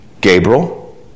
Gabriel